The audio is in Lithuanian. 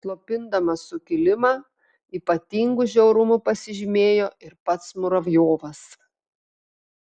slopindamas sukilimą ypatingu žiaurumu pasižymėjo ir pats muravjovas